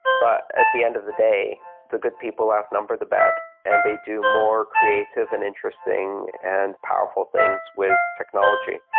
but at the end of the day the good people outnumber the bad and they do more creative and interesting and powerful things with technology.